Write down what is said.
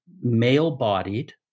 male-bodied